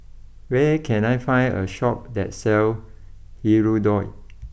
where can I find a Shop that sells Hirudoid